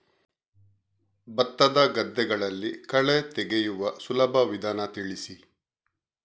ಭತ್ತದ ಗದ್ದೆಗಳಲ್ಲಿ ಕಳೆ ತೆಗೆಯುವ ಸುಲಭ ವಿಧಾನ ತಿಳಿಸಿ?